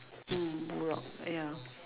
mm Buraq ya